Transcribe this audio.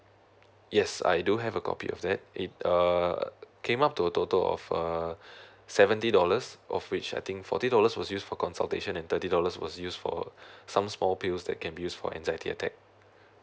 yes I do have a copy of that it uh came up to a total of err seventy dollars of which I think forty dollars was used for consultation and thirty dollars was use for some small pills that can be used for anxiety attack